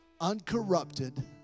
uncorrupted